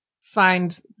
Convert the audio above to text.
find